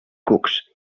cucs